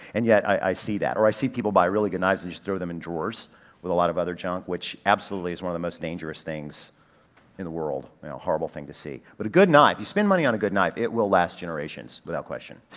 and yet i see that. or is see people buy really good knives and just throw them in drawers with a lot of other junk which absolutely is one of the most dangerous things in the world. horrible thing to see. but a good knife, if you spend money on a good knife, it will last generations without question.